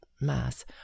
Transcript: mass